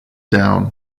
down